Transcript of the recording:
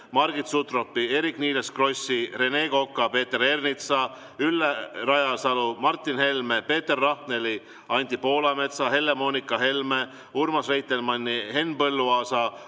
Margit Sutropi, Eerik-Niiles Krossi, Rene Koka, Peeter Ernitsa, Ülle Rajasalu, Martin Helme, Peeter Rahneli, Anti Poolametsa, Helle-Moonika Helme, Urmas Reitelmanni, Henn Põlluaasa,